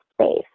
safe